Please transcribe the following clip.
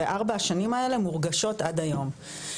וארבע השנים האלה מורגשות עד היום.